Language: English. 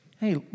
hey